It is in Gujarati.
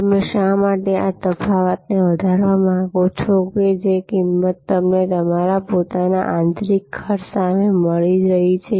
તમે શા માટે આ તફાવતને વધારવા માંગો છો કે જે કિંમત તમને તમારા પોતાના આંતરિક ખર્ચ સામે મળી રહી છે